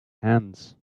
hands